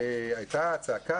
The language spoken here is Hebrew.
הייתה צעקה